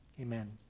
Amen